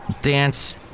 dance